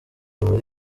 muri